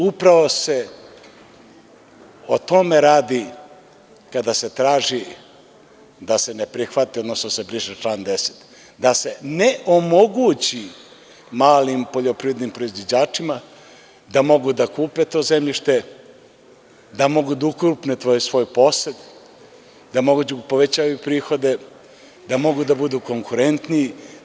Upravo se o tome radi kada se traži da se ne prihvati, odnosno da se briše član 10, da se ne omogući malim poljoprivrednim proizvođačima da mogu da kupe to zemljište, da mogu da ukrupne svoj posed, da mogu da povećavaju prihode, da mogu da budu konkurentniji.